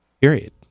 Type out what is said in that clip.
Period